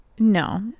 No